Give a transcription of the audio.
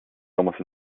almost